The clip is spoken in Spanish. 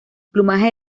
plumaje